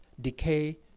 decay